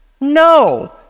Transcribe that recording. No